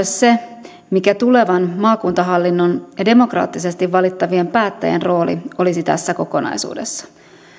se mikä tulevan maakuntahallinnon demokraattisesti valittavien päättäjien rooli olisi tässä kokonaisuudessa